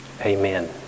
Amen